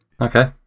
Okay